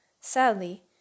Sadly